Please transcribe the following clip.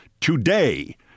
Today